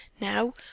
now